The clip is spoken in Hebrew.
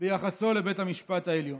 ביחסו לבית המשפט העליון.